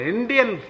Indian